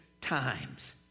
times